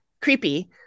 creepy